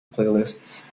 playlists